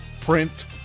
print